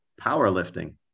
powerlifting